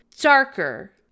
darker